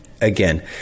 again